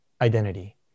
identity